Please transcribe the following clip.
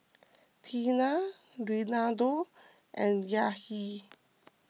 Tiana Reinaldo and Yahir